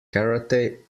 karate